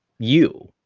you.